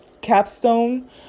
capstone